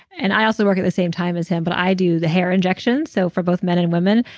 and i also work at the same time as him, but i do the hair injections, so for both men and women.